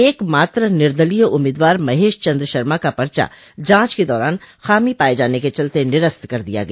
एक मात्र निर्दलीय उम्मीदवार महेश चन्द्र शर्मा का पर्चा जांच के दौरान खामी पाये जाने के चलते निरस्त कर दिया गया